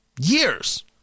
years